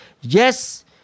yes